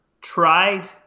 tried